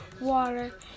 Water